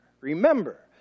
remember